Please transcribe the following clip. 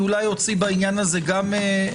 אולי אוציא בעניין הזה מכתב.